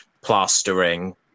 plastering